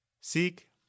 Seek